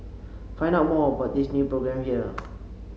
find out more about this new programme here